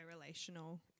relational